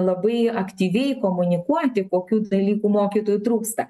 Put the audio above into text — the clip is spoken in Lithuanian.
labai aktyviai komunikuoti kokių dalykų mokytojų trūksta